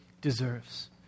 deserves